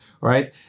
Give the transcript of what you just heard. right